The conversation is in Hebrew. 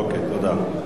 תודה.